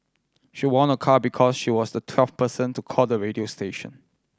she won a car because she was the twelfth person to call the radio station